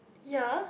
ya